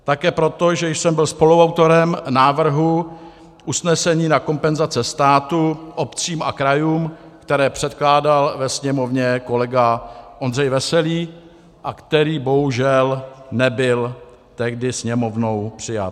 Také proto, že jsem byl spoluautorem návrhu usnesení na kompenzace státu obcím a krajům, které předkládal ve Sněmovně kolega Ondřej Veselý a který bohužel nebyl tehdy Sněmovnou přijat.